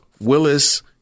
Willis